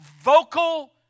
vocal